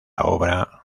obra